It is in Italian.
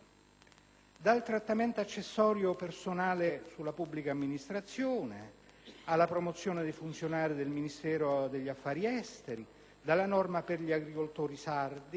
Dal trattamento accessorio del personale della pubblica amministrazione, alla promozione di funzionari del Ministero degli affari esteri, a norme destinati agli agricoltori sardi